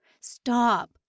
stop